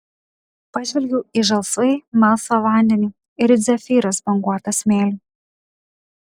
pažvelgiau į žalsvai melsvą vandenį ir it zefyras banguotą smėlį